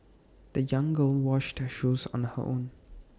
the young girl washed her shoes on her own